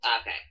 Okay